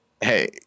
hey